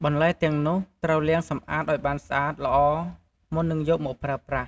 បន្លែទាំងនោះ ត្រូវលាងសម្អាតឲ្យបានស្អាតល្អមុននឹងយកមកប្រើប្រាស់។